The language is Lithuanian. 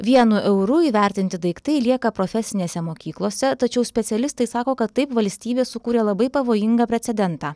vienu euru įvertinti daiktai lieka profesinėse mokyklose tačiau specialistai sako kad taip valstybė sukūrė labai pavojingą precedentą